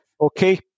Okay